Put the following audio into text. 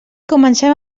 comencem